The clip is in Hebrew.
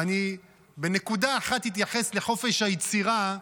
ואני אתייחס בנקודה אחת לחופש היצירה,